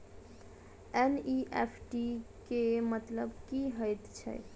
NEFT केँ मतलब की हएत छै?